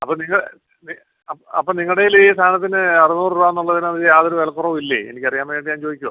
അപ്പോൾ നിങ്ങളുടെ അ അപ്പോൾ നിങ്ങളുടേതിൽ ഈ സാധനത്തിന് അറുന്നൂറു രൂപ എന്നുള്ളതിന് അതിന് യാതൊരു വിലക്കുറവും ഇല്ലേ എനിക്ക് അറിയാൻ വയ്യാഞ്ഞിട്ട് ഞാൻ ചോദിക്കുവാണ്